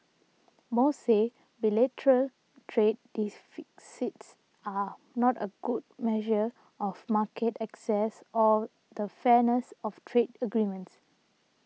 most say bilateral trade deficits are not a good measure of market access or the fairness of trade agreements